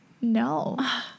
No